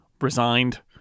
resigned